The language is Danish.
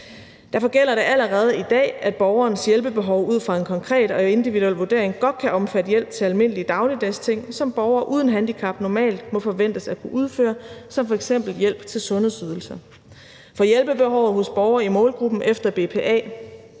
Derfor gælder det allerede i dag, at borgerens hjælpebehov ud fra en konkret og individuel vurdering godt kan omfatte hjælp til almindelige dagligdagsting, som borgere uden handicap normalt må forventes at få udført, som f.eks. hjælp til sundhedsydelser. For hjælpebehovet hos borgere i målgruppen for BPA